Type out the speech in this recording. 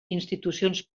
institucions